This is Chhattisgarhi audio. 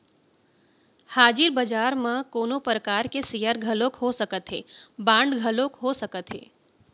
हाजिर बजार म कोनो परकार के सेयर घलोक हो सकत हे, बांड घलोक हो सकत हे